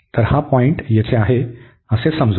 तर हा पॉईंट येथे आहे असे समजू